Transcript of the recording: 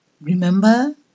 Remember